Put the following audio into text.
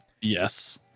Yes